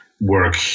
work